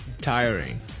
tiring